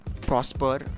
prosper